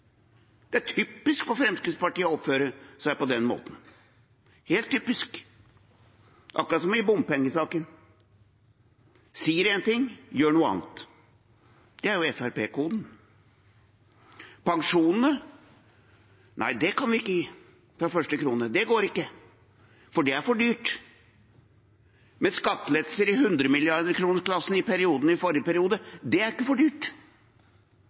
Det er typisk for Fremskrittspartiet å oppføre seg på den måten – helt typisk. Akkurat som i bompengesaken – de sier én ting, gjør noe annet. Det er jo Fremskrittsparti-koden. Pensjon – nei, det kan vi ikke gi fra første krone. Det går ikke, for det er for dyrt. Men skattelettelser i hundremilliarderkronersklassen i forrige periode er ikke for dyrt.